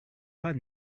pas